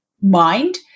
mind